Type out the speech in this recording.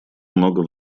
много